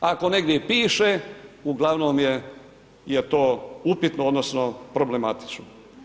Ako negdje i piše, uglavnom je to upitno, odnosno problematično.